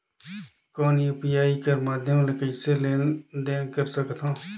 कौन यू.पी.आई कर माध्यम से कइसे लेन देन कर सकथव?